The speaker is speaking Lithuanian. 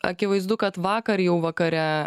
akivaizdu kad vakar jau vakare